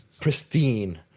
pristine